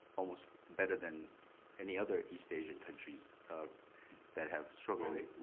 almost better than any other east asian countries that have struggling